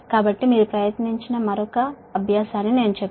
కాబట్టి నేను మరొక సాధన చెప్తున్నాను మీరు ఇంకొకటి సాధన చేయడానికి ప్రయత్నించండి